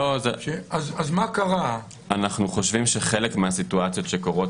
אנחנו חושבים שחלק מהסיטואציות שקורות